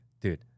dude